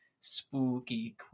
spooky